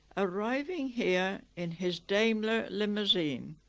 arriving here in his daimler limousine